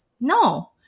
No